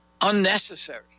unnecessary